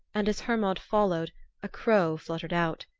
and as hermod followed a crow fluttered out.